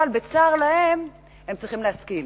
אבל בצר להן הן צריכות להסכים.